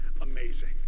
amazing